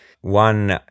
One